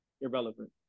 Irrelevant